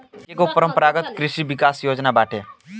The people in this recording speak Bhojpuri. एकेगो परम्परागत कृषि विकास योजना बाटे